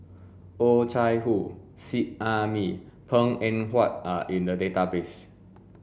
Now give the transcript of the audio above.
Oh Chai Hoo Seet Ai Mee Png Eng Huat are in the database